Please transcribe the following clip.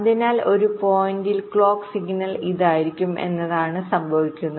അതിനാൽ ഒരു പോയിന്റിൽ ക്ലോക്ക് സിഗ്നൽ ഇതായിരിക്കാം എന്നതാണ് സംഭവിക്കുന്നത്